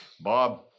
Bob